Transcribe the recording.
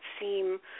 seem